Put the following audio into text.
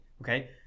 okay